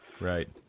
Right